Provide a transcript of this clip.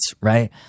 right